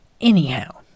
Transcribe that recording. anyhow